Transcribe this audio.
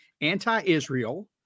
anti-israel